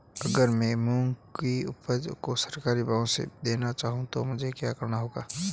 अगर मैं मूंग की उपज को सरकारी भाव से देना चाहूँ तो मुझे क्या करना होगा?